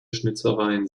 schnitzereien